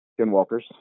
skinwalkers